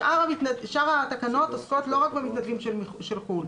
שאר התקנות עוסקות לא רק במתנדבים של חו"ל,